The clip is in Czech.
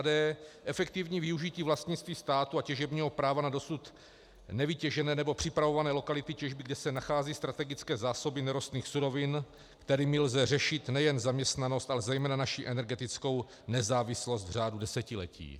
d) Efektivní využití vlastnictví státu a těžebního práva na dosud nevytěžené nebo připravované lokality těžby, kde se nachází strategické zásoby nerostných surovin, kterými lze řešit nejen zaměstnanost, ale zejména naši energetickou nezávislost v řádu desetiletí.